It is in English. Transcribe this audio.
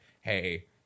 hey